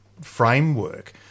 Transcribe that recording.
framework